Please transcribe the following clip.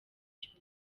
cyose